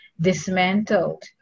dismantled